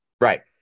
Right